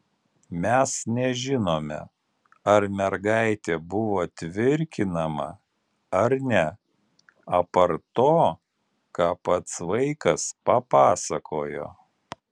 mes nežinome ar mergaitė buvo tvirkinama ar ne apart to ką pats vaikas papasakojo